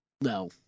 No